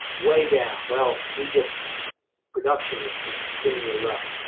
way down. well egypt production is is extremely low.